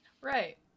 Right